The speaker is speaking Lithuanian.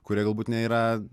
kurie galbūt nėra